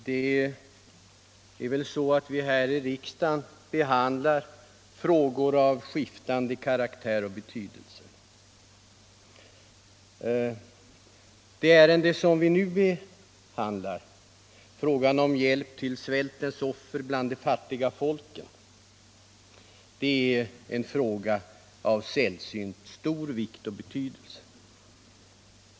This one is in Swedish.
Herr talman! I riksdagen behandlar vi frågor av skiftande karaktär och betydelse. Det ärende som vi nu behandlar, frågan om hjälp till svältens offer bland de fattiga folken, är av sällsynt stor vikt och betydelse.